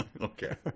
Okay